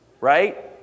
right